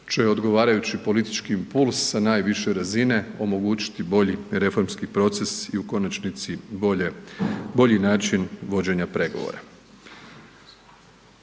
će odgovarajući politički impuls sa najviše razine omogućiti bolji reformski proces i u konačnici bolje, bolji način vođenja pregovora.